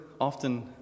often